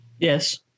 Yes